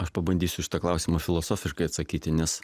aš pabandysiu į šitą klausimą filosofiškai atsakyti nes